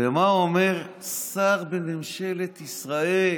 ומה אומר שר בממשלת ישראל?